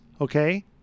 Okay